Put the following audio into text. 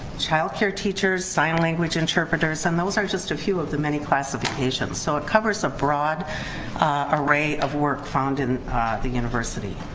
childcare teachers, sign language interpreters and those are just a few of the many classifications, so it covers a broad array of work found in the university.